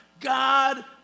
God